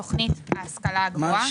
תכנית להשכלה הגבוהה.